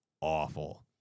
awful